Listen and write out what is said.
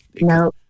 No